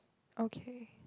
okay